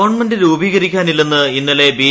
government രൂപീകരിക്കാനില്ലെന്ന് ഇന്നലെ B